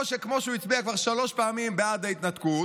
או שכמו שהוא הצביע כבר שלוש פעמים בעד ההתנתקות,